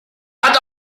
hat